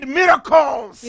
miracles